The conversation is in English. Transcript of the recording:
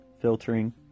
filtering